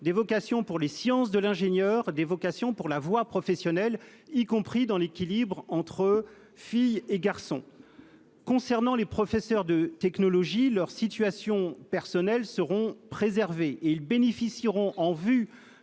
le numérique, pour les sciences de l'ingénieur et pour la voie professionnelle et qu'elle participe à l'équilibre entre filles et garçons. Concernant les professeurs de technologie, leurs situations personnelles seront préservées et ils bénéficieront, en vue